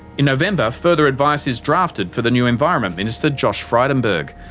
in november, further advice is drafted for the new environment minister, josh frydenberg.